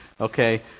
Okay